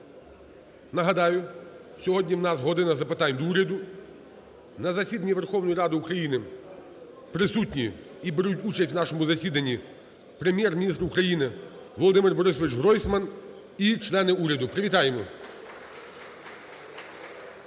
Нагадую, сьогодні в нас "година запитань до Уряду". На засіданні Верховної Ради України присутні і беруть участь в нашому засіданні Прем'єр-міністр України Володимир БорисовичГройсман і члени уряду. Привітаємо.